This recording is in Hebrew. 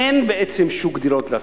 אין בעצם שוק דירות להשכרה.